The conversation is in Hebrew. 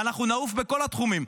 ואנחנו נעוף בכל התחומים.